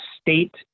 state